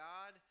God